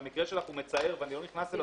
והמקרה שלך הוא מצער ואני לא נכנס אליו